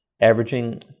averaging